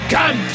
Come